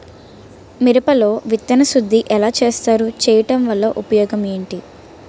మిరప లో విత్తన శుద్ధి ఎలా చేస్తారు? చేయటం వల్ల ఉపయోగం ఏంటి?